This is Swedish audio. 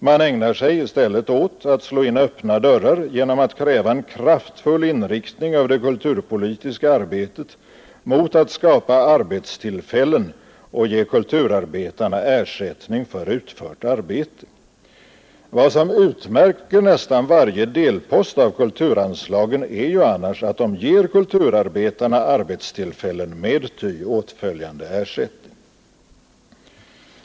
Man ägnar sig i stället åt att slå in öppna dörrar genom att kräva en kraftfull inriktning av det kulturpolitiska arbetet mot att skapa arbetstillfällen och ge kulturarbetarna ersättning för utfört arbete. Vad som utmärker nästan varje delpost av kulturanslagen är ju annars att de ger kulturarbetarna arbetstillfällen med ty åtföljande ersättning.